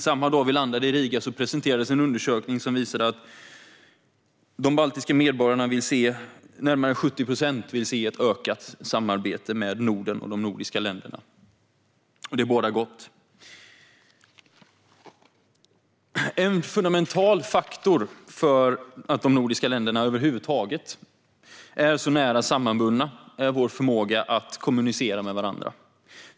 Samma dag som vi landade i Riga presenterades en undersökning som visade att närmare 70 procent av de baltiska medborgarna ville ha ett ökat samarbeta med Norden och de nordiska länderna. Det bådar gott. En fundamental faktor för att de nordiska länderna över huvud taget är så nära sammanbundna är vår förmåga att kommunicera med varandra.